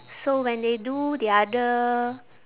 so when they do the other